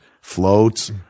Floats